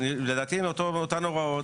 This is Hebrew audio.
לדעתי הן אותן ההוראות.